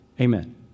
Amen